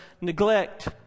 neglect